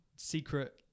secret